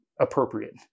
appropriate